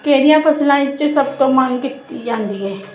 ਕਿਹੜੀਆਂ ਫਸਲਾਂ ਇੱਕ 'ਚ ਸਭ ਤੋਂ ਮੰਗ ਕੀਤੀ ਜਾਂਦੀ ਹੈ